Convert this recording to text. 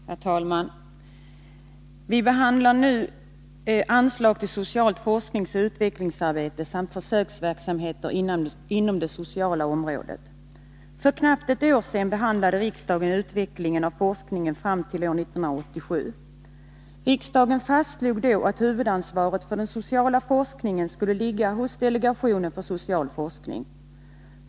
Herr talman! Det betänkande vi nu behandlar berör anslag till socialt forskningsoch utvecklingsarbete samt försöksverksamheter inom det sociala området. För knappt ett år sedan behandlade riksdagen utvecklingen av forskningen fram till år 1987. Riksdagen fastslog då att huvudansvaret för den sociala forskningen skulle ligga hos delegationen för social forskning.